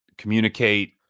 communicate